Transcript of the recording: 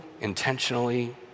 intentionally